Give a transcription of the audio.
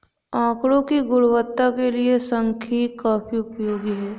आकड़ों की गुणवत्ता के लिए सांख्यिकी काफी उपयोगी है